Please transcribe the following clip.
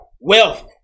wealth